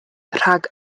rhag